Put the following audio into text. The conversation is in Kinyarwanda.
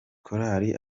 korali